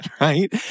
right